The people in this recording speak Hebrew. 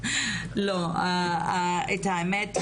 את האמת,